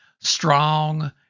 strong